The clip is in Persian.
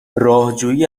راهجویی